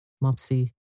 Mopsy